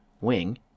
wing